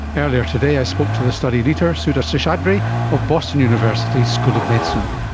earlier today i spoke to the study leader sudha seshadri of boston university's school of medicine.